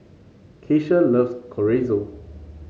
Keisha loves Chorizo